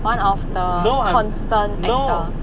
one of the constant actor